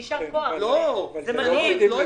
ואפילו ניתוח אילו שינויים עברו בכל חודש,